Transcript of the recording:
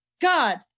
God